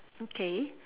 okay